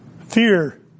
Fear